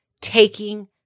taking